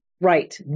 Right